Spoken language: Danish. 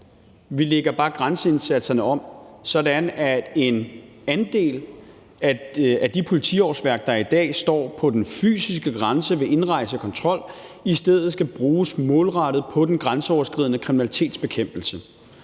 Vi lægger bare grænseindsatserne om, sådan at en andel af de politiårsværk, der i dag står på den fysiske grænse ved indrejsekontrol, i stedet skal bruges målrettet på den grænseoverskridende kriminalitetsbekæmpelse.